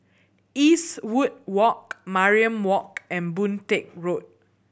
Eastwood Walk Mariam Walk and Boon Teck Road